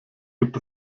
gibt